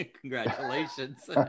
Congratulations